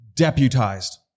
Deputized